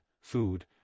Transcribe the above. food